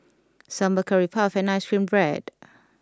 Sambal Curry Puff and Ice Cream Bread